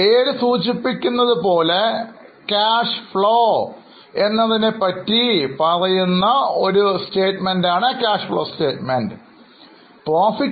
പേര് സൂചിപ്പിക്കുന്നത് പോലെ Cash Flow നെ കുറിച്ച് പറയുന്ന പ്രസ്താവനയാണിത്